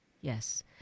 Yes